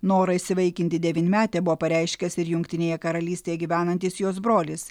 norą įsivaikinti devynmetę buvo pareiškęs ir jungtinėje karalystėje gyvenantis jos brolis